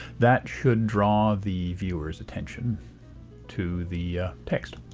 that should draw the viewer's attention to the text.